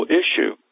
issue